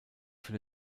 für